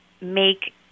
make